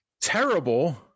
terrible